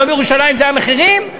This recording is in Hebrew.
יום ירושלים זה המחירים?